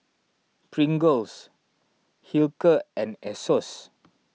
Pringles Hilker and Asos